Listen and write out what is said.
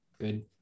good